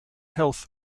health